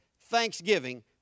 thanksgiving